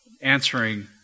answering